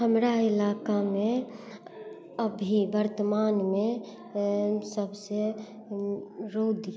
हमरा इलाकामे अभी वर्तमानमे सबसे रौदी